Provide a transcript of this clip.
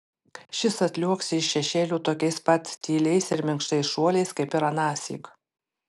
šis atliuoksi iš šešėlių tokiais pat tyliais ir minkštais šuoliais kaip ir anąsyk